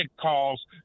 calls